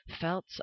felt